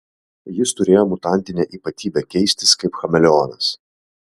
jis turėjo mutantinę ypatybę keistis kaip chameleonas